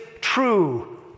true